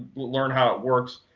learn how it works,